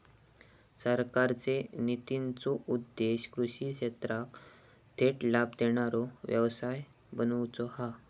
सरकारचे नितींचो उद्देश्य कृषि क्षेत्राक थेट लाभ देणारो व्यवसाय बनवुचा हा